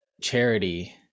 charity